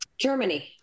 Germany